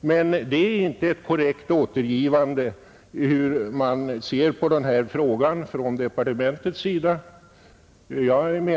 Men det är inte ett korrekt återgivande av hur departementet ser på frågan.